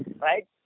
right